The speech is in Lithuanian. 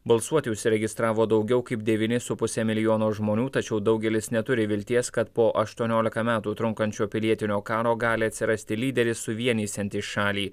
balsuoti užsiregistravo daugiau kaip devyni su puse milijono žmonių tačiau daugelis neturi vilties kad po aštuoniolika metų trunkančio pilietinio karo gali atsirasti lyderis suvienysiantis šalį